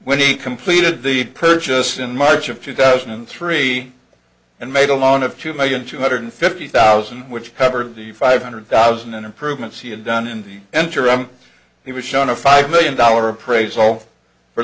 when he completed the purchase in march of two thousand and three and made a loan of two million two hundred fifty thousand which covered the five hundred thousand and improvement see and done in the interim he was shown a five million dollar appraisal for